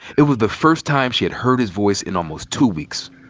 it was the first time she had heard his voice in almost two weeks.